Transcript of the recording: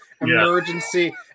emergency